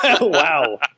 Wow